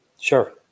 sure